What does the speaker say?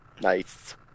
Nice